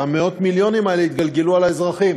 ומאות המיליונים האלה התגלגלו על האזרחים.